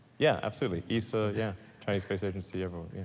yeah, absolutely. esa, yeah chinese space agency, everyone.